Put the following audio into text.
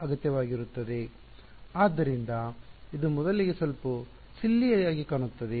ಆದ್ದರಿಂದ ಇದು ಮೊದಲಿಗೆ ಸ್ವಲ್ಪ ಸಿಲ್ಲಿ ಆಗಿ ಕಾಣುತ್ತದೆ